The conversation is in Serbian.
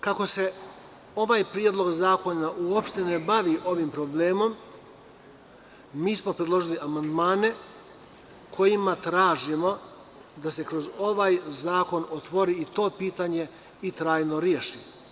Kako se ovaj predlog zakona uopšte ne bavi ovim problemom, mi smo predložili amandmane kojima tražimo da se kroz ovaj zakon otvori i to pitanje i trajno reši.